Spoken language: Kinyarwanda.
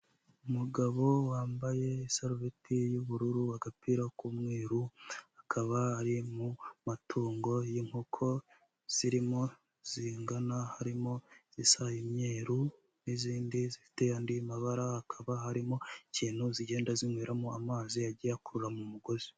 Umugabo wambaye isarubeti y'ubururu, agapira k'umweru, akaba ari mu matungo y'inkoko zirimo zingana, harimo izisa imyeru, n'izindi zifite andi mabara, hakaba harimo ikintu zigenda zinyweramo amazi agiye akura mu mugozi.